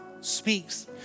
speaks